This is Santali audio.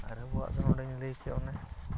ᱟᱨ ᱟᱵᱚᱣᱟᱜ ᱫᱚ ᱚᱰᱮᱧ ᱞᱟᱹᱭ ᱠᱮᱫ ᱚᱱᱮ